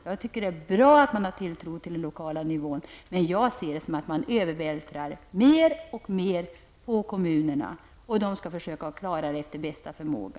Jag tycker att det är bra att man har tilltro till den lokala nivån, men jag ser det så att man vältrar över mer och mer på kommunerna och de får försöka klara det efter bästa förmåga.